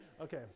okay